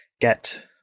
get